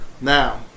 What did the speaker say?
Now